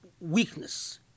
weakness